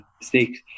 mistakes